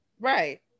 Right